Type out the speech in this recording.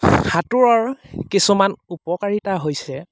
সাঁতোৰৰ কিছুমান উপকাৰিতা হৈছে